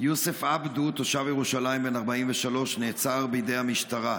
יוסף עבדו, תושב ירושלים בן 43, נעצר בידי המשטרה.